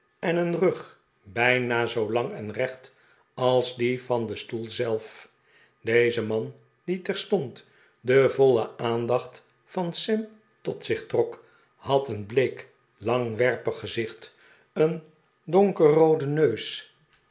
en een rug bijna zoo lang en recht als die van den stoel zelf deze man die terstond de voile aandacht van sam tot zich trok had een bleek langwerpig gezicht een donkerrooden neus